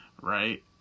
right